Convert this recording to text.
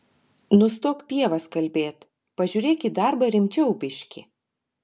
nustok pievas kalbėt pažiūrėk į darbą rimčiau biškį